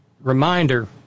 reminder